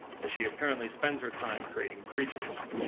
as she apparently spends her time creating creatures.